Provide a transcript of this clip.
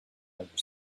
never